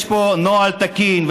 יש פה נוהל תקין,